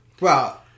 Wow